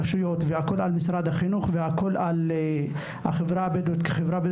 על הרשויות או שהכול על החברה הבדואית כחברה,